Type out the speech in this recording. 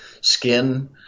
skin